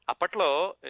Apatlo